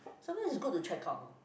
sometimes is good to check out